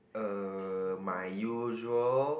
uh my usual